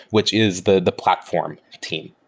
which is the the platform team,